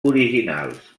originals